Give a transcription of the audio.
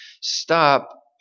Stop